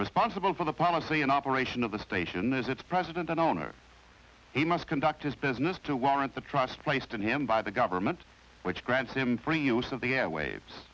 responsible for the policy and operation of the station is its president and owner he must conduct his business to warrant the trust christ in him by the government which grants him free use of the airwaves